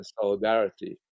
solidarity